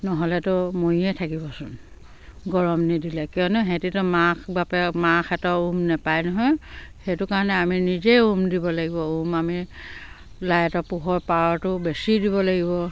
নহ'লেতো মৰিয়ে থাকিবচোন গৰম নিদিলে কিয়নো সিহঁতিতো মাাক বাপেক মাক হেঁতৰ উম নাপায় নহয় সেইটো কাৰণে আমি নিজে উম দিব লাগিব উম আমি লাইটৰ পোহৰ পাৱাৰটো বেছি দিব লাগিব